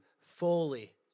fully